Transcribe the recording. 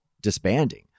disbanding